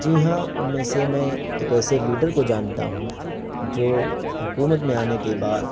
جی ہاں ان میں سے میں ایک ایسے لیڈر کو جانتا ہوں جو حکومت میں آنے کے بعد